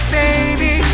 baby